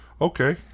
Okay